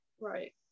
right